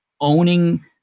owning